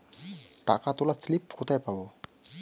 টাকা তোলার স্লিপ কোথায় পাব?